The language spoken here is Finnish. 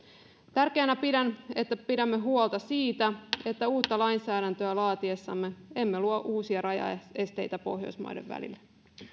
tärkeänä pidän että pidämme huolta siitä että uutta lainsäädäntöä laatiessamme emme luo uusia rajaesteitä pohjoismaiden välille